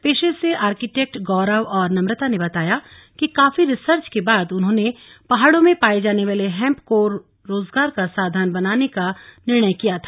पेशे से अर्किटेक्ट गौरव और नम्रता ने बताया कि काफी रिसर्च के बाद उन्होंने पहाड़ों में पाए जाने वाले हेम्प को रोजगार का साधन बनाने का निर्णय किया था